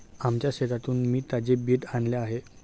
आमच्या शेतातून मी ताजे बीट आणले आहे